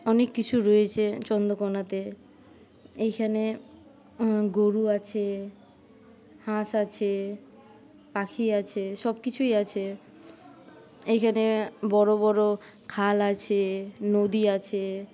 অনেক কিছু রয়েছে চন্দ্রকোনাতে এইখানে গরু আছে হাঁস আছে পাখি আছে সবকিছুই আছে এইখানে বড় বড় খাল আছে নদী আছে